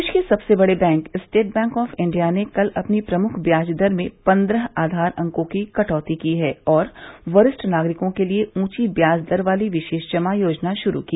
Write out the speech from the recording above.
देश के सबसे बड़े bank State Bank of India ने कल अपनी प्रमुख ब्याज दर में पंद्रह आधार अंकों की कटौती कर की है और वरिष्ठ नागरिकों के लिए ऊंची ब्याज दर वाली विशेष जमा योजना शुरू की